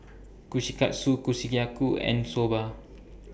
Kushikatsu and Soba